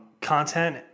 content